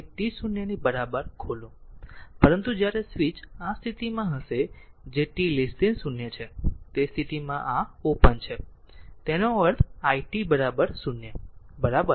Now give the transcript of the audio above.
t 0 ની બરાબર ખોલો પરંતુ જ્યારે સ્વીચ આ સ્થિતિમાં હશે જે t 0 છે તે સ્થિતિમાં આ ઓપન છે તેનો અર્થ i t 0 બરાબર